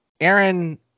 Aaron